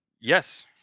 Yes